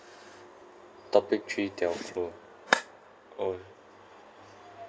topic three telco okay